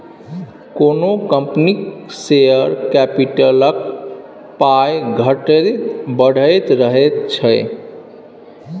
कोनो कंपनीक शेयर कैपिटलक पाइ घटैत बढ़ैत रहैत छै